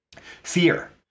Fear